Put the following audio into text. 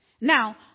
Now